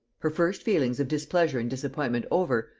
her first feelings of displeasure and disappointment over,